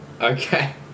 Okay